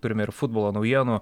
turime ir futbolo naujienų